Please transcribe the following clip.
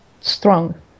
strong